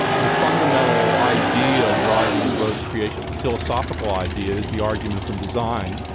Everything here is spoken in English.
the fundamental idea driving both creationists, the philosophical ideas, the argument from design,